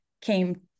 came